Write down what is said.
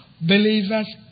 believers